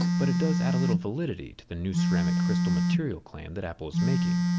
but it does add a little validity to the new ceramic crystal material claim that apple is making.